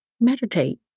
meditate